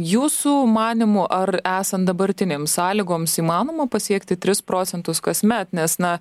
jūsų manymu ar esant dabartinėms sąlygoms įmanoma pasiekti tris procentus kasmet nes na